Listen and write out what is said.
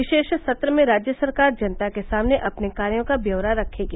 विशेष सत्र में राज्य सरकार जनता के सामने अपने कार्यो का व्यौरा रखेगी